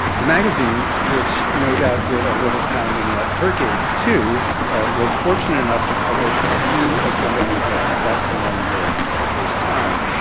the magazine which, no doubt, did a little pounding at her gates too was fortunate enough to publish a few of gwendolyn brooks best-known works for the first time.